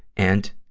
and,